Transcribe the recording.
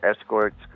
escorts